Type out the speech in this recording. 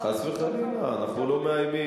חס וחלילה, אנחנו לא מאיימים.